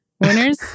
Winners